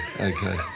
Okay